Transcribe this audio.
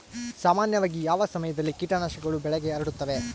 ಸಾಮಾನ್ಯವಾಗಿ ಯಾವ ಸಮಯದಲ್ಲಿ ಕೇಟನಾಶಕಗಳು ಬೆಳೆಗೆ ಹರಡುತ್ತವೆ?